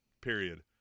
period